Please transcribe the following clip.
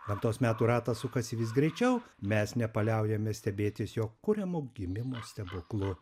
gamtos metų ratas sukasi vis greičiau mes nepaliaujame stebėtis jo kuriamu gimimo stebuklu